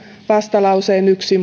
vastalauseen yksi